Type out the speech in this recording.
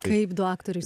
kaip du aktoriai